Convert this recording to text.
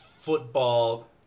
football